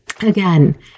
Again